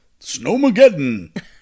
Snowmageddon